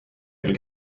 küll